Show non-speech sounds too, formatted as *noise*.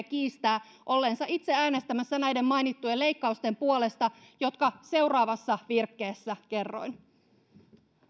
*unintelligible* kiistää olleensa itse äänestämässä näiden mainittujen leikkausten puolesta jotka seuraavassa virkkeessä kerroin